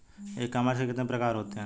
ई commerce के कितने प्रकार होते हैं?